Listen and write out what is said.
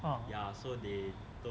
oh